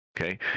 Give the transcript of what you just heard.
Okay